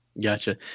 Gotcha